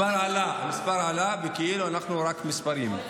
המספר עלה, המספר עלה, וכאילו אנחנו רק מספרים.